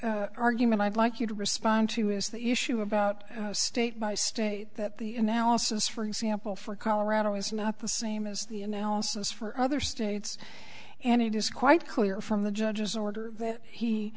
argument i'd like you to respond to is the issue about state by state that the analysis for example for colorado is not the same as the analysis for other states and it is quite clear from the judge's order that he